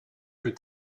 plus